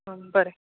बरें